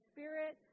Spirit